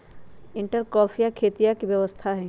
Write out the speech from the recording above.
intercropping खेतीया के व्यवस्था हई